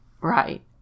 Right